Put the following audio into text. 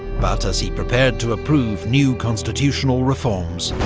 but as he prepared to approve new constitutional reforms,